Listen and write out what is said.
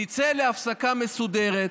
נצא להפסקה מסודרת,